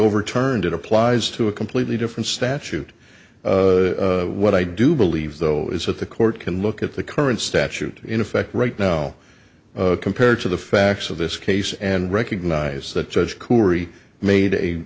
overturned it applies to a completely different statute what i do believe though is that the court can look at the current statute in effect right now compared to the facts of this case and recognize that judge koori made a